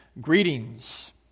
Greetings